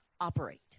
operate